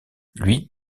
lui